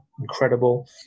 incredible